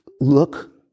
Look